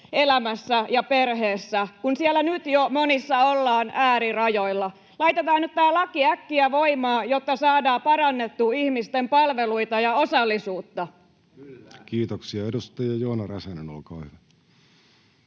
elämässä ja perheessä, kun siellä nyt jo monissa ollaan äärirajoilla. [Sanna Antikaisen välihuuto] Laitetaan nyt tämä laki äkkiä voimaan, jotta saadaan parannettua ihmisten palveluita ja osallisuutta. Kiitoksia. — Edustaja Joona Räsänen, olkaa hyvä.